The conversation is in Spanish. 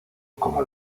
como